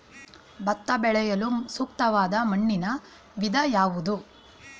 ಭತ್ತ ಬೆಳೆಯಲು ಸೂಕ್ತವಾದ ಮಣ್ಣಿನ ವಿಧ ಯಾವುದು?